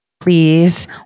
Please